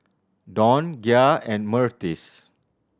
Dawne Gia and Myrtis